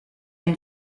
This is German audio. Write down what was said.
ein